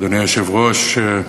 אדוני היושב-ראש,